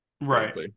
Right